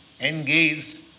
engaged